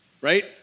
right